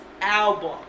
album